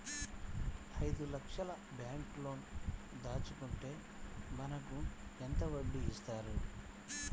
ఐదు లక్షల బ్యాంక్లో దాచుకుంటే మనకు ఎంత వడ్డీ ఇస్తారు?